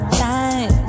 time